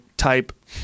Type